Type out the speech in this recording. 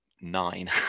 nine